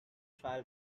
trial